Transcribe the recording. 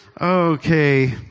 Okay